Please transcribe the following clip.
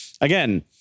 Again